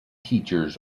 teachers